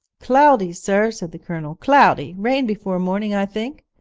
cloudy, sir said the colonel, cloudy rain before morning, i think.